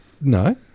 No